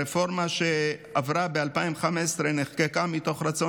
הרפורמה שעברה ב-2015 נחקקה מתוך רצון